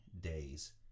days